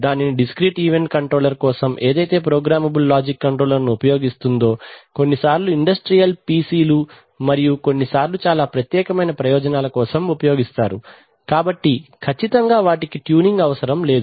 దానిని discrete event controller కోసం ఏదైతే ప్రోగ్రామబుల్ లాజిక్ కంట్రోలర్ ను ఉపయోగిస్తుందో కొన్నిసార్లు ఇండస్ట్రియల్ PC లు మరియు కొన్నిసార్లు చాలా ప్రత్యేకమైన ప్రయోజనాల కోసం ఉపయోగిస్తారు కాబట్టి కచ్చితంగా వాటికి ట్యూనింగ్ అవసరం లేదు